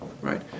right